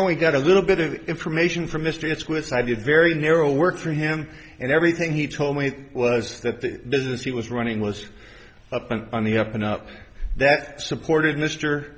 only got a little bit of information from mr swiss i did very narrow work for him and everything he told me was that the business he was running was up and on the up and up that supported mr